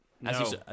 No